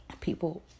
people